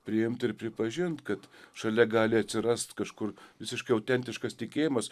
priimt ir pripažint kad šalia gali atsirast kažkur visiškai autentiškas tikėjimas